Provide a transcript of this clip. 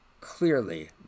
clearly